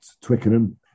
Twickenham